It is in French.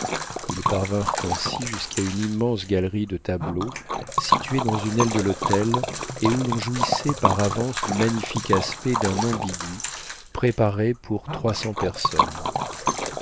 ils parvinrent ainsi jusqu'à une immense galerie de tableaux située dans une aile de l'hôtel et où l'on jouissait par avance du magnifique aspect d'un ambigu préparé pour trois cents personnes